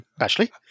Ashley